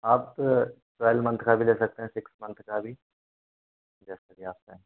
आप twelve month का भी ले सकते हैं सिक्स मंथ का भी जैसा कि आप चाहें